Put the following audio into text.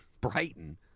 Brighton